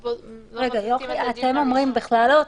רגע, יוכי אתם אומרים בכלל להוציא?